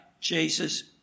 Jesus